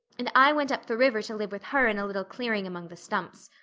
and i went up the river to live with her in a little clearing among the stumps.